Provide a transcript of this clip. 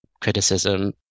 criticism